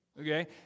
Okay